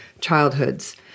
childhoods